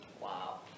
Wow